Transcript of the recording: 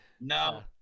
No